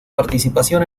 participación